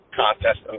contest